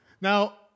Now